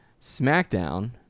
Smackdown